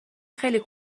خیلی